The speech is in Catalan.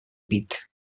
pit